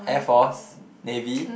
Air Force Navy